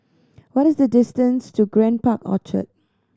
what is the distance to Grand Park Orchard